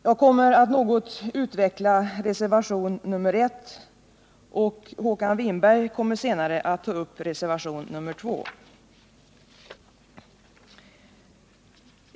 Jag kommer att något utveckla reservation nr 1, och Håkan Winberg kommer senare att ta upp reservation nr 2.